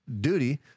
duty